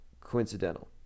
coincidental